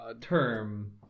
term